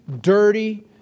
dirty